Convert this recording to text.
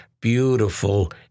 beautiful